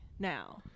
now